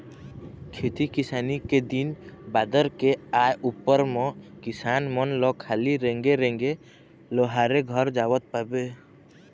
खेती किसानी के दिन बादर के आय उपर म किसान मन ल खाली रेंगे रेंगे लोहारे घर जावत पाबे